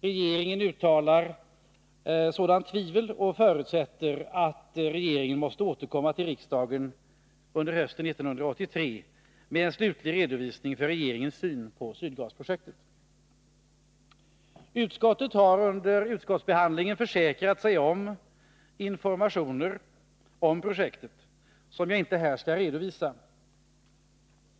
Regeringen uttalar sådant tvivel och förutsätter att regeringen måste återkomma till riksdagen under hösten 1983 med en slutlig redovisning av regeringens syn på Sydgasprojektet. Utskottet har under behandlingen försäkrat sig om informationer om projektet som jag inte här skall redovisa.